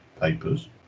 papers